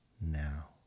Now